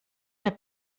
der